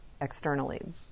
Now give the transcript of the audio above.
externally